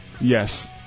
Yes